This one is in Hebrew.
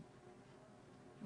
הוא